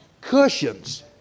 Cushions